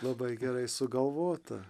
labai gerai sugalvota